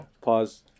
Pause